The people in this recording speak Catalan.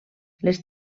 les